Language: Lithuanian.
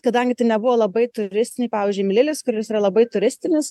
kadangi tai nebuvo labai turistiniai pavyzdžiui mililis kuris yra labai turistinis